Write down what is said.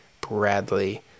bradley